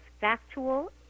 factual